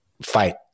fight